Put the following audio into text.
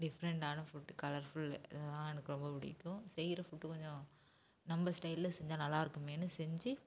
டிஃபரண்ட்டான food colourful இதெல்லாம் எனக்கு ரொம்ப பிடிக்கும் செய்கிற ஃபுட்டு கொஞ்சம் நம்ம ஸ்டைலில் செஞ்சால் நல்லா இருக்குமேன்னு செஞ்சு